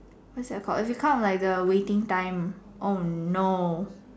what's the called if you count like the waiting time oh no